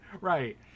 Right